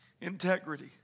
Integrity